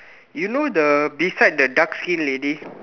you know the beside the dark skin lady